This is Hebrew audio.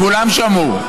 כולם שמעו.